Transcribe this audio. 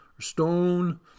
stone